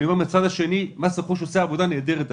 מן הצד השני, מס רכוש עושה עבודה נהדרת היום.